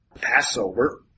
Passover